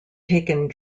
taken